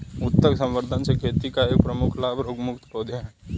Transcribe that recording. उत्तक संवर्धन से खेती का एक प्रमुख लाभ रोगमुक्त पौधे हैं